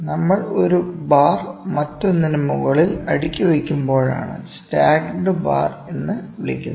നമ്മൾ ഒരു ബാർ മറ്റൊന്നിനു മുകളിൽ അടുക്കി വയ്ക്കുമ്പോഴാണ് സ്റ്റാക്കഡ് ബാർ എന്ന് വിളിക്കുന്നത്